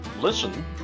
listen